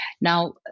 Now